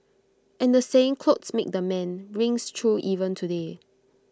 and the saying 'clothes make the man' rings true even today